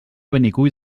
benicull